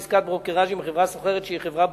בעסקת ברוקראז' עם חברה סוחרת שהיא חברת